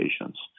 patients